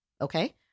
Okay